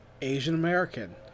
Asian-American